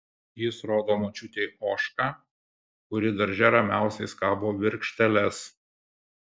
jis rodo močiutei ožką kuri darže ramiausia skabo virkšteles